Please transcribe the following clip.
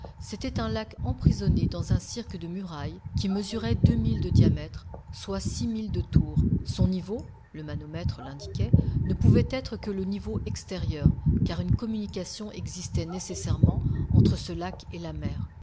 c'était un lac emprisonné dans un cirque de murailles qui mesurait deux milles de diamètre soit six milles de tour son niveau le manomètre l'indiquait ne pouvait être que le niveau extérieur car une communication existait nécessairement entre ce lac et la mer